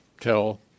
tell